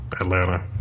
Atlanta